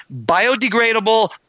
biodegradable